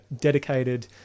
dedicated